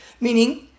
meaning